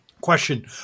Question